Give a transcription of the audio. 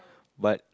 but